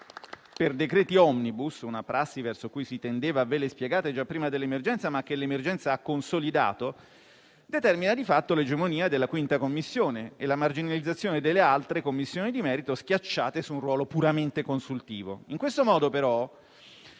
per decreti *omnibus*, una prassi verso cui si tendeva a vele spiegate già prima dell'emergenza, ma che l'emergenza ha consolidato, determina di fatto l'egemonia della 5a Commissione e la marginalizzazione delle altre Commissioni di merito, schiacciate su un ruolo puramente consultivo. In questo modo, però,